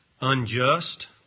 unjust